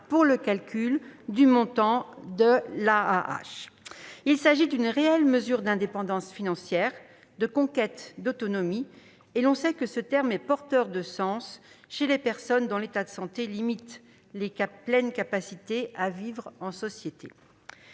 pour le calcul du montant de l'AAH. C'est une réelle mesure d'indépendance financière, de conquête d'autonomie, des termes porteurs de sens chez les personnes dont l'état de santé limite les pleines capacités à vivre en société.